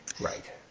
Right